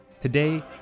Today